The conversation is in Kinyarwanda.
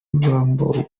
ibitambaro